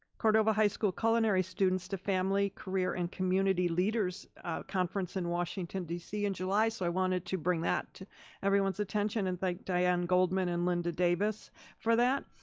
cordova high school culinary students to family, career and community leaders conference in washington dc in july, so i wanted to bring that to everyone's attention and thank diane goldman and linda davis for that.